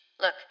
Look